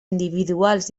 individuals